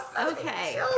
okay